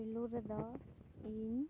ᱯᱩᱭᱞᱳ ᱨᱮᱫᱚ ᱤᱧ